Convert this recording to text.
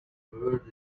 bird